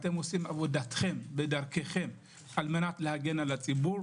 אתם עושים עבודתכם בדרככם כדי להגן על הציבור,